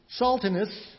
saltiness